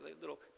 Little